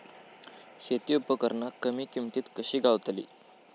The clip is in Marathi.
शेती उपकरणा कमी किमतीत कशी गावतली?